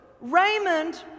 Raymond